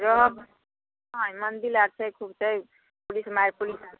रहब मंदिल आर छै खूब छै पुलिस मारि पुलिस